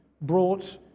brought